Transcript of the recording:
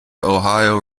ohio